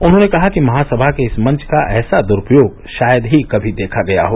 उन्होंने कहा कि महासभा के इस मंच का ऐसा दुरूपयोग शायद ही कभी देखा गया हो